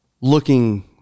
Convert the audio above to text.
looking